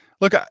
look